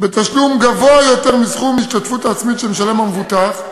בתשלום גבוה יותר מסכום ההשתתפות העצמית שמשלם המבוטח,